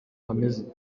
hameze